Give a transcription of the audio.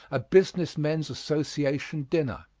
a business men's association dinner.